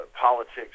politics